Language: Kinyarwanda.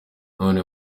none